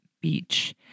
Beach